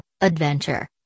Adventure